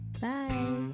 Bye